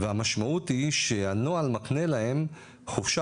והמשמעות היא שהנוהל מקנה להם חופשה,